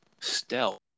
stealth